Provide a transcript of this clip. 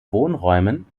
wohnräumen